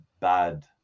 Bad